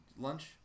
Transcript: lunch